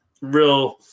real